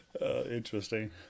Interesting